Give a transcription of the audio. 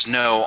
no